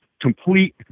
complete